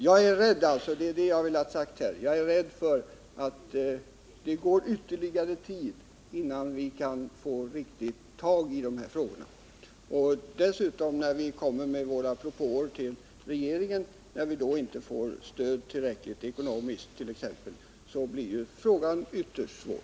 Jag är rädd för — det är det jag vill ha sagt — att det går ytterligare tid innan vi kan få riktigt tag i de här frågorna. Dessutom, när vi kommer med våra propåer till regeringen och t.ex. inte får tillräckligt ekonomiskt stöd, så blir frågan ytterst svår.